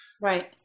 Right